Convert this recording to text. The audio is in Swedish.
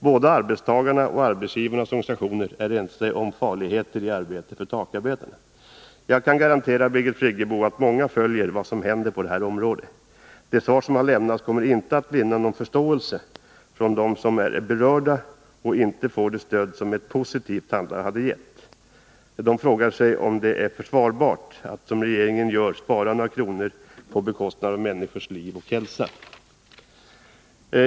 Både arbetstagarnas och arbetsgivarnas organisationer är ense om att det finns risker för takarbetarna i detta arbete, och jag kan garantera Birgit Friggebo att många följer vad som händer på det området. Det svar som har lämnats kommer inte att vinna någon förståelse från dem som är berörda men som inte får det stöd som ett positivt handlande skulle ha gett. De frågar sig, om det är försvarbart att, som regeringen gör, spara några kronor på bekostnad av människors liv och hälsa.